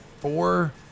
four